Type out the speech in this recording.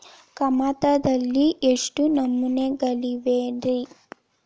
ಕಮತದಲ್ಲಿ ಎಷ್ಟು ನಮೂನೆಗಳಿವೆ ರಿ?